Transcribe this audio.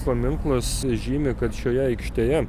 paminklas žymi kad šioje aikštėje